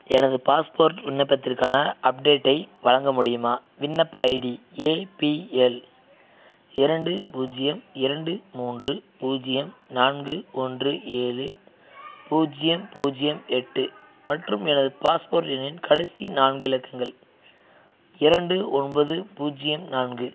எனது பாஸ்போர்ட் விண்ணப்பத்திற்கான அப்டேட்டை வழங்க முடியுமா விண்ணப்ப ஐடி ஏபிஎல் இரண்டு பூஜ்ஜியம் இரண்டு மூன்று பூஜ்ஜியம் நான்கு ஒன்று ஏழு பூஜ்ஜியம் பூஜ்ஜியம் எட்டு மற்றும் எனது பாஸ்போர்ட் எண்ணின் கடைசி நான்கு இலக்கங்கள் இரண்டு ஒன்பது பூஜ்ஜியம் நான்கு